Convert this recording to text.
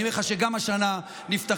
ואני אומר לך שגם השנה נפתחים,